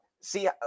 See